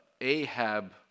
Ahab